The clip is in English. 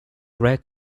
red